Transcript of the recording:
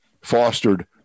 fostered